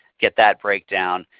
get that break down.